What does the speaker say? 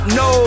no